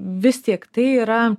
vis tiek tai yra